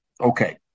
Okay